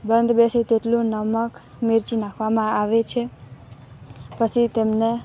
બંધ બેસે એટલું નમક મિર્ચી નાખવામાં આવે છે પછી તેમને